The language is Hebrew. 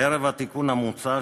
ערב התיקון המוצע,